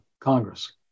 Congress